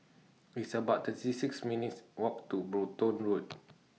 It's about thirty six minutes' Walk to Brompton Road